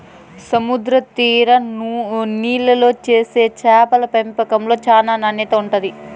సముద్ర తీర నీళ్ళల్లో చేసే చేపల పెంపకంలో చానా నాణ్యత ఉంటాది